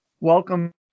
Welcome